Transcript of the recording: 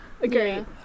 agree